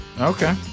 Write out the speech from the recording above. Okay